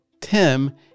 Tim